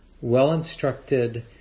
well-instructed